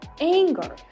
anger